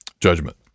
judgment